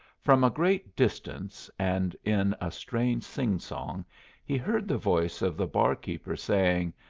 from a great distance, and in a strange sing-song he heard the voice of the barkeeper saying,